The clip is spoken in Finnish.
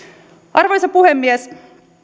arvoisa puhemies